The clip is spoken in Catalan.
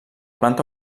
planta